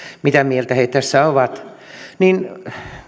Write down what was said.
mitä mieltä he tässä ovat niin